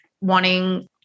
wanting